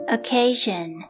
Occasion